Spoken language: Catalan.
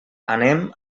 anem